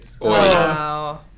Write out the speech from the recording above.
Wow